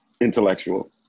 intellectual